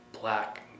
black